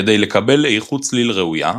כדי לקבל איכות צליל ראויה,